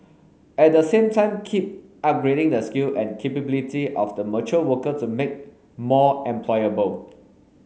at the same time keep upgrading the skill and capability of the mature worker to make more employable